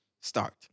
start